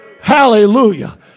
Hallelujah